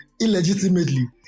illegitimately